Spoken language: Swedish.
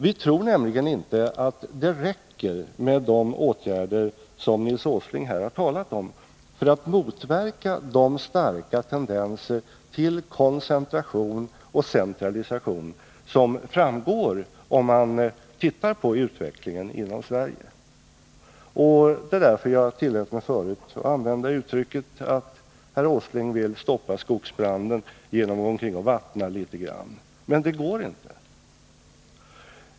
Vi tror nämligen inte att det räcker med de åtgärder som Nils Åsling här talade om för att motverka de starka tendenser till koncentration och centralisering som man får en bild av om man ser på utvecklingen i Sverige. Det var därför jag tidigare tillät mig att använda uttrycket att herr Åsling vill stoppa skogsbranden genom att gå omkring och vattna litet grand. Det går inte.